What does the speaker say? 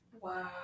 Wow